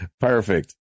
perfect